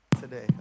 today